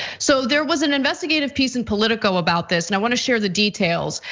so there was an investigative piece in politico about this and i want to share the details.